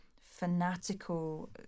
fanatical